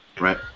Right